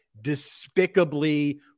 despicably